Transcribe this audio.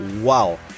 Wow